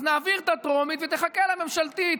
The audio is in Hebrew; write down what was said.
אז נעביר את הטרומית ותחכה לממשלתית.